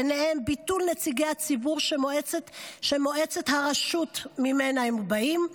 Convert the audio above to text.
ביניהם ביטול נציגי הציבור של מועצת הרשות שממנה הם באים,